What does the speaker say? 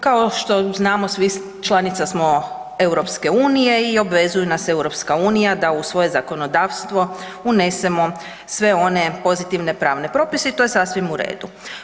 Kao što znamo svi članica smo EU i obvezuju nas EU da u svoje zakonodavstvo unesemo sve one pozitivne pravne propise i to je sasvim u redu.